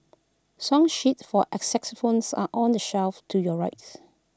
song sheets for xylophones are on the shelf to your rights